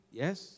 yes